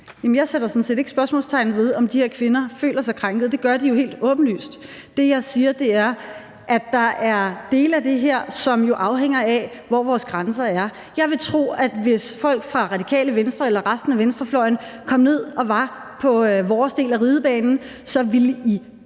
Jeg sætter sådan set ikke spørgsmålstegn ved, om de her kvinder føler sig krænket, og det gør de jo helt åbenlyst. Det, jeg siger, er, at der jo er dele af det her, som afhænger af, hvor vores grænser er. Jeg vil tro, at hvis folk fra Radikale Venstre eller resten af venstrefløjen kom ned og var på vores del af Ridebanen, så ville de